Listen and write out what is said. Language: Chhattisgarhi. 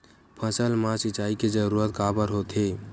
फसल मा सिंचाई के जरूरत काबर होथे?